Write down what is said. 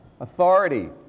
Authority